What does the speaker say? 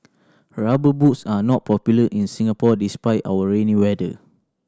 Rubber Boots are not popular in Singapore despite our rainy weather